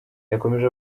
yakomeje